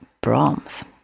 Brahms